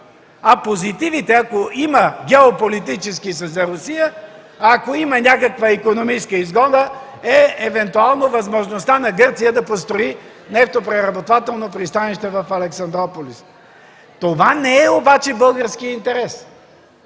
а позитивите, ако има геополитически – са за Русия, а ако има някаква икономическа изгода, е евентуално възможността на Гърция да построи нефтопреработвателно пристанище в Александруполис. Това обаче не е българският интерес.